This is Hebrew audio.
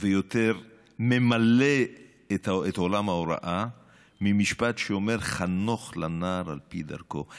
ויותר ממלא את עולם ההוראה מהמשפט שאומר חנוך לנער על פי דרכו.